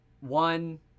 one